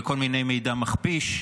וכל מיני מידע מכפיש.